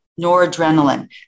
noradrenaline